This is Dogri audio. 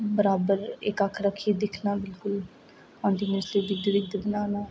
बराबर इक अक्ख रखियै दिक्खना बिल्कुल कान्टीन्यूसली दिक्खना